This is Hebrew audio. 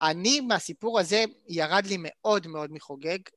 אני, מהסיפור הזה, ירד לי מאוד מאוד מחוגג.